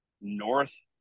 north